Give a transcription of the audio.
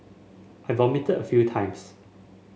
I vomited a few times